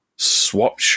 swap